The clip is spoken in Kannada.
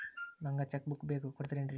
ನಂಗ ಚೆಕ್ ಬುಕ್ ಬೇಕು ಕೊಡ್ತಿರೇನ್ರಿ?